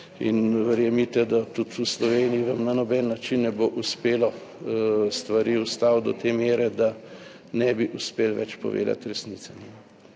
in verjemite, da tudi v Sloveniji vam na noben način ne bo uspelo stvari ustaviti do te mere, da ne bi uspeli več povedati resnice,